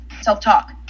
self-talk